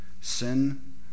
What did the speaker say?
sin